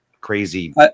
crazy